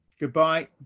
Goodbye